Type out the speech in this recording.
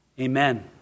Amen